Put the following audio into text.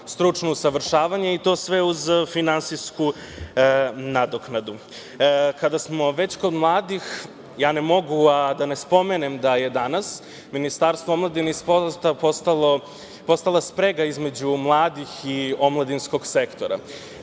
stručno usavršavanje i to sve uz finansijsku nadoknadu. Kada smo već kod mladih, ja ne mogu, a da ne spomenem da je danas Ministarstvo omladine i sporta postala sprega između mladih i omladinskog sektora.